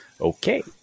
Okay